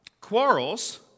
Quarrels